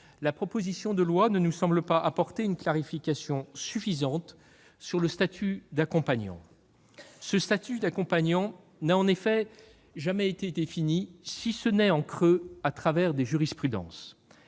la proposition de loi ne nous semble pas apporter une clarification suffisante sur le statut d'accompagnant. Ce dernier n'a en effet jamais été défini, si ce n'est en creux, à travers des jurisprudences.